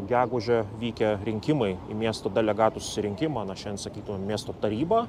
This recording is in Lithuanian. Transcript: gegužę vykę rinkimai miestų delegatų susirinkimą šen sakytume miesto tarybą